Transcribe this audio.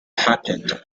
happened